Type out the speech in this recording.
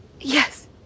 Yes